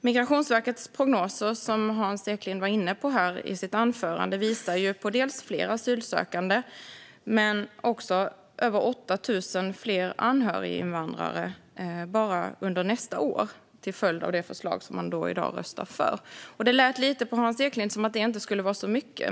Migrationsverkets prognoser, som Hans Eklind var inne på i sitt anförande, visar dels på fler asylsökande, dels på över 8 000 fler anhöriginvandrare bara under nästa år till följd av det förslag som Kristdemokraterna i dag röstar för. Det lät på Hans Eklind som att det inte är så mycket.